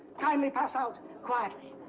kindly pass out, quietly.